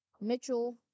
Mitchell